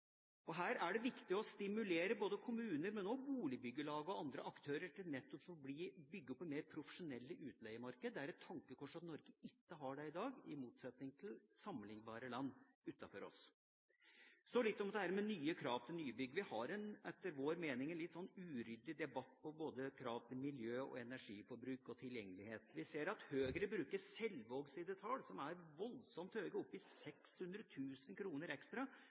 utleiemarkedet. Her er det viktig å stimulere både kommuner, boligbyggelag og andre aktører til å bygge opp et mer profesjonelt utleiemarked. Det er et tankekors at Norge ikke har det i dag, i motsetning til hva en har i sammenlignbare land. Så litt om dette med nye krav til nybygg. Vi har etter vår mening en litt uryddig debatt både på krav til miljø og energiforbruk og på krav til tilgjengelighet. Vi ser at Høyre bruker Selvaags tall, som er voldsomt høye, opp i 600 000 kr ekstra